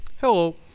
Hello